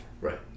right